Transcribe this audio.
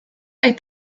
est